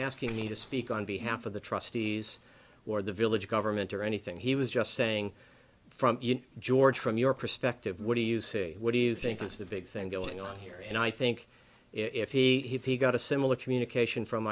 asking me to speak on behalf of the trustees or the village government or anything he was just saying from george from your perspective what do you see what do you think is the big thing going on here and i think if he got a similar communication from